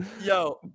Yo